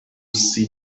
see